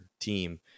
team